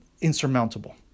insurmountable